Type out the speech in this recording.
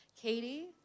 Katie